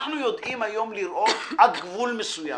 אנחנו יודעים היום לראות עד גבול מסוים.